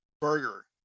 Burger